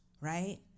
right